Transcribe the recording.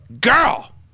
girl